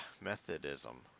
Methodism